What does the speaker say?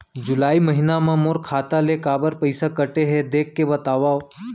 जुलाई महीना मा मोर खाता ले काबर पइसा कटे हे, देख के बतावव?